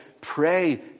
pray